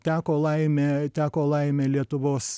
teko laimė teko laimė lietuvos